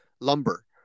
lumber